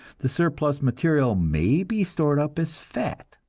the surplus material may be stored up as fat.